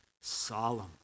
solemn